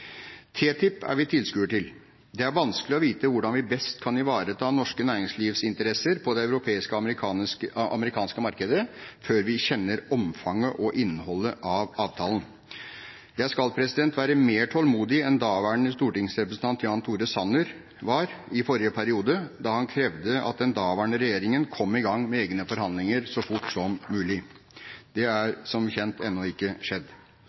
TTIP er vi tilskuere til. Det er vanskelig å vite hvordan vi best kan ivareta norsk næringslivs interesser på det europeiske og amerikanske markedet, før vi kjenner omfanget av og innholdet i avtalen. Jeg skal være mer tålmodig enn daværende stortingsrepresentant Jan Tore Sanner var i forrige periode, da han krevde at den daværende regjeringen skulle komme i gang med egne forhandlinger så fort som mulig. Det har, som kjent, ennå ikke skjedd.